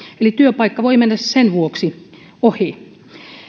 eli työpaikka voi mennä sen vuoksi ohi